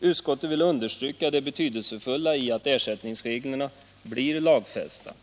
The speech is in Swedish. Utskottet vill understryka det betydelsefulla i att ersättningsreglerna blir lagfästa.